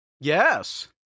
Yes